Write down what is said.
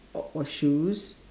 or or shoes